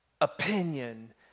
opinion